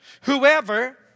Whoever